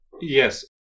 Yes